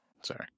sorry